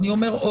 שוב